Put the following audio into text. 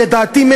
לדעתי,